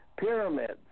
pyramids